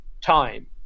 time